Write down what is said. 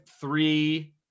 three